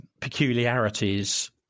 peculiarities